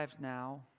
now